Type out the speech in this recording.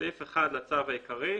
בסעיף 1 לצו העיקרי,